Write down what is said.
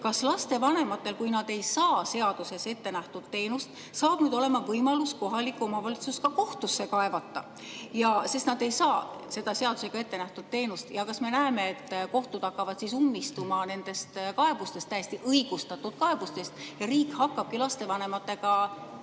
Kas lastevanematel, kui nad ei saa seaduses ette nähtud teenust, hakkab nüüd olema võimalus ka kohalik omavalitsus kohtusse kaevata, sest nad ei saa seda seadusega ette nähtud teenust? Ja kas me näeme, et kohtud hakkavad ummistuma nendest kaebustest, täiesti õigustatud kaebustest, ja riik hakkabki lastevanematega